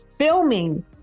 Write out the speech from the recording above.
filming